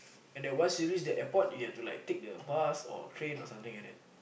and that once you reach the airport you have to take the bus or train or something like that